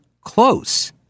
close